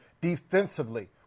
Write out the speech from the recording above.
defensively